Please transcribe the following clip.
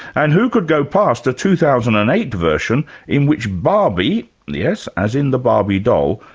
and who could go past a two thousand and eight version in which barbie, yes, as in the barbie doll,